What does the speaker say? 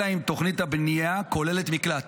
אלא אם תוכנית הבנייה כוללת מקלט.